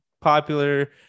popular